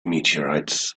meteorites